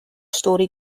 stori